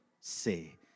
say